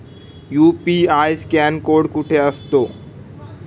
UPI scan code कुठे असतो?